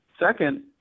Second